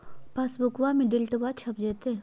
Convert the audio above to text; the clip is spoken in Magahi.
पासबुका में डिटेल्बा छप जयते?